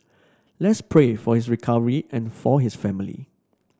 let's pray for his recovery and for his family